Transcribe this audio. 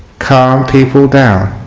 calm people down